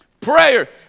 prayer